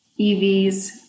EVs